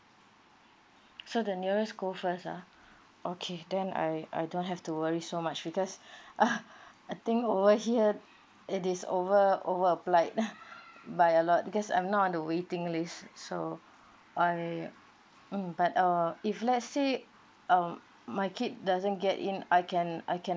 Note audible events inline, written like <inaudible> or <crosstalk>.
so the nearest go first lah okay then I I don't have to worry so much because uh I think over here it is over over applied <laughs> by a lot because I'm not on the waiting list so I mm but err if let's say um my kid doesn't get in I can I can uh